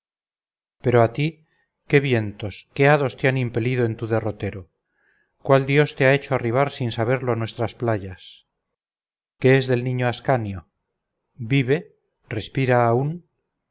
pero a ti qué vientos qué hados te han impelido en tu derrotero cuál dios te ha hecho arribar sin saberlo a nuestras playas qué es del niño ascanio vive respira aún